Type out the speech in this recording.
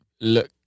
look